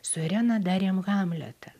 su irena darėm hamletą